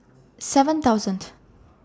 seven thousandth